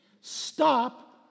Stop